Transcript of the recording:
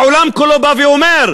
העולם כולו בא ואומר: